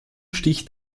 sticht